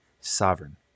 sovereign